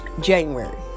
January